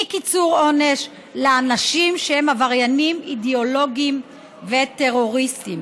אי-קיצור עונש לאנשים שהם עבריינים אידיאולוגיים וטרוריסטים.